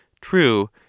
True